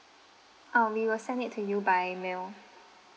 uh we will send it to you by mail